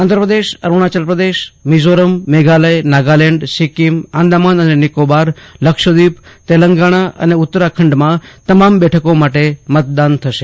આંધ્રપ્રદેશ અરુણાચલ પ્રદેશ મિઝોરમ મેઘાલય નાગાલેન્ડ સિક્કિમ આદામાન અને નિકોબાર લક્ષદ્વિપ તેલંગણા અને ઉત્તરાખંડમાં તમામ બેઠકો માટે મતદાન થશે